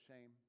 shame